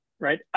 right